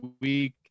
week